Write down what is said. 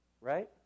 Right